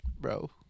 Bro